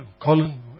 Colin